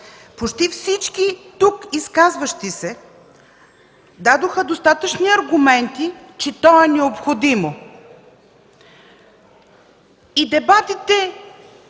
Почти всички изказващи се тук дадоха достатъчни аргументи, че то е необходимо. Дебатите